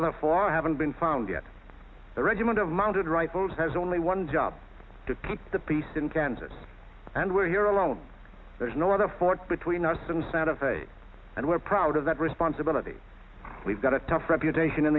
other four i haven't been found yet the regiment of mounted rifles has only one job to keep the peace in kansas and we're here alone there's no other fort between us and santa fe and we're proud of that responsibility we've got a tough reputation in